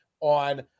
on